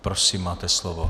Prosím, máte slovo.